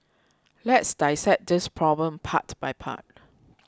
let's dissect this problem part by part